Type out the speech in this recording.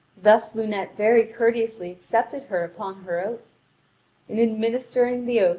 thus lunete very courteously accepted her upon her oath. in administering the oath,